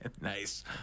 Nice